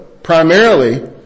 Primarily